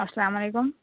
السّلام علیکم